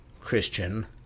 Christian